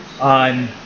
on